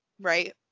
right